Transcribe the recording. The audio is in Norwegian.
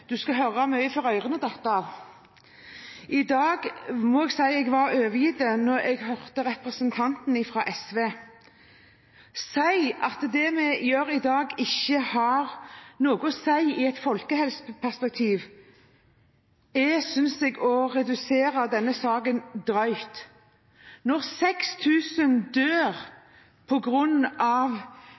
du skal høre mye før ørene detter av. I dag må jeg si jeg ble oppgitt da jeg hørte representanten fra SV si at det vi gjør i dag, ikke har noe å si i et folkehelseperspektiv. Det synes jeg er å redusere denne saken drøyt. Når 6 000 dør